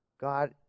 God